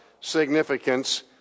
significance